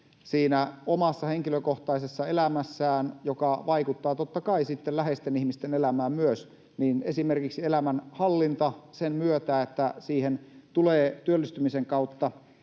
omassa henkilökohtaisessa elämässään — ja se vaikuttaa totta kai sitten myös läheisten ihmisten elämään — sen myötä, että siihen tulee työllistymisen kautta